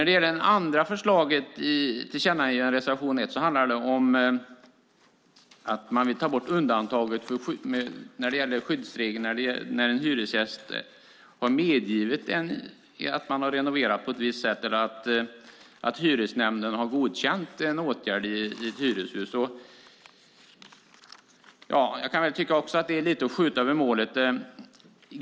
Det andra förslaget i tillkännagivandet i reservation 1 handlar om att man vill ta bort undantaget när det gäller skyddsregeln när en hyresgäst har medgivit att man har renoverat på ett visst sätt eller att Hyresnämnden har godkänt en åtgärd i ett hyreshus. Jag kan tycka att detta innebär att man lite skjuter över målet.